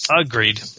Agreed